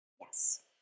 Yes